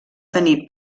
tenir